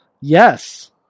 Yes